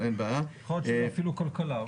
יכול להיות שזה אפילו כלכלה.